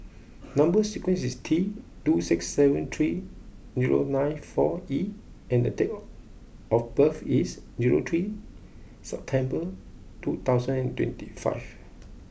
number sequence is T two six seven three zero nine four E and date or of birth is zero three September two thousand and twenty five